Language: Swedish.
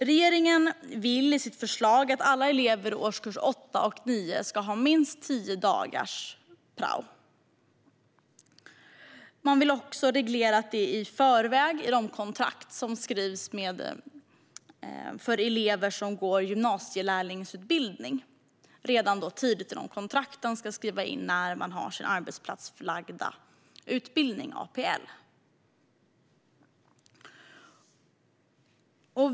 Regeringen vill i sitt förslag att alla elever i årskurserna 8 och 9 ska ha minst tio dagars prao. Man vill också reglera att det i de kontrakt som skrivs för elever som går en gymnasielärlingsutbildning redan i förväg ska skrivas in när eleverna ska ha sin arbetsplatsförlagda utbildning, APL.